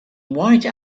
white